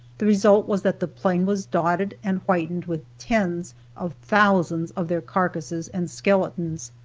the result was that the plain was dotted and whitened with tens of thousands of their carcasses and skeletons.